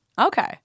Okay